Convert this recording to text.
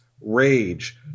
Rage